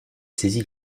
saisi